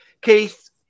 Keith